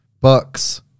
Bucks